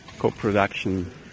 Co-production